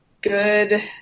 good